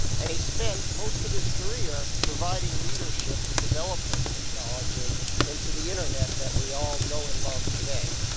and he spent most of his career providing leadership to develop the technology into the internet that we all know and love today.